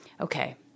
Okay